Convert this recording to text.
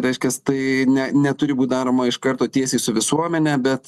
reiškias tai ne neturi būt daroma iš karto tiesiai su visuomene bet